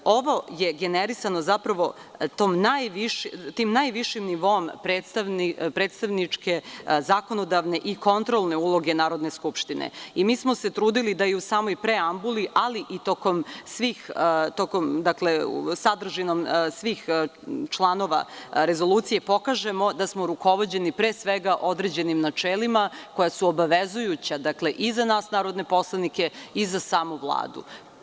Ovo je generisano zapravo tim najvišim nivoom predstavničke, zakonodavne i kontrolne uloge Narodne skupštine i mi smo se trudili da i u samoj preambuli, ali i sadržinom svih članova Rezolucije, pokažemo da smo rukovođeni pre svega određenim načelima koja su obavezujuća, i za nas narodne poslanike i za samu Vladu.